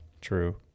true